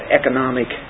economic